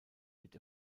wird